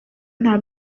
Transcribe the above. nta